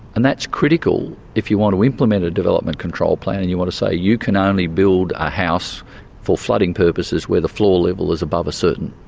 and that's critical, if you want to implement a development control plan and you want to say, you can only build a house for flooding purposes where the floor level is above a certain.